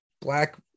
black